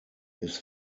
his